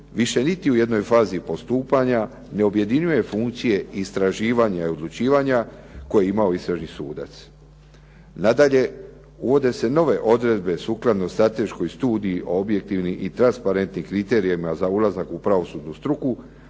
više niti u jednoj fazi postupanja ne objedinjuje funkcije istraživanja i odlučivanja koji je imao istražni sudac. Nadalje, uvode se nove odredbe sukladno strateškoj studiji o objektivnim i transparentnim kriterijima za ulazak u pravosudnu struku,